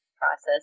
process